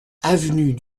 avenue